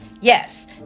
Yes